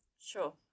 sure